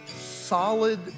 solid